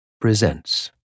presents